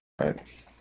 right